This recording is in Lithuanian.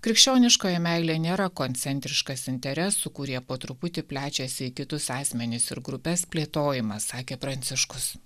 krikščioniškoji meilė nėra koncentriškas interesų kurie po truputį plečiasi į kitus asmenis ir grupes plėtojimas sakė pranciškus